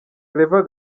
claver